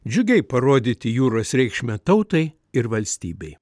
džiugiai parodyti jūros reikšmę tautai ir valstybei